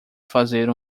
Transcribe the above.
fazer